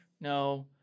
No